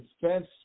defense